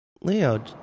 Leo